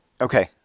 Okay